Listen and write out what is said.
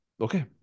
Okay